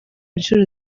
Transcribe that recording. incuro